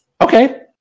Okay